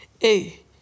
hey